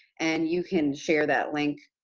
and you can share that link